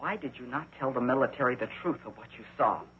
why did you not tell the military the truth of what you saw